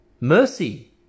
Mercy